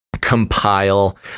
compile